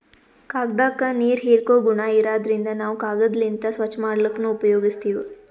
ಕಾಗ್ದಾಕ್ಕ ನೀರ್ ಹೀರ್ಕೋ ಗುಣಾ ಇರಾದ್ರಿನ್ದ ನಾವ್ ಕಾಗದ್ಲಿಂತ್ ಸ್ವಚ್ಚ್ ಮಾಡ್ಲಕ್ನು ಉಪಯೋಗಸ್ತೀವ್